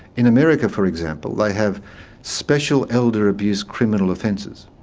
in america, for example, they have special elderly abuse criminal offences.